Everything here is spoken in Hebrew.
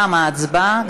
תמה ההצבעה.